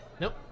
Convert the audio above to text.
Nope